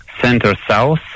center-south